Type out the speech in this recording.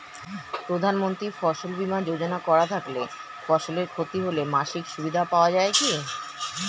প্রধানমন্ত্রী ফসল বীমা যোজনা করা থাকলে ফসলের ক্ষতি হলে মাসিক সুবিধা পাওয়া য়ায় কি?